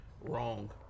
wrong